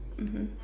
mmhmm